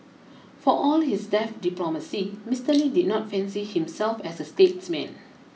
for all his deft diplomacy Mister Lee did not fancy himself as a statesman